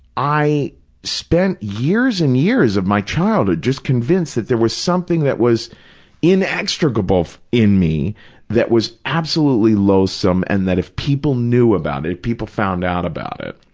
i spent years and years of my childhood just convinced that there was something that was inextricable in me that was absolutely loathsome and that if people knew about it, people found out about it,